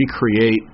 recreate